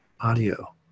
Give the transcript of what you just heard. audio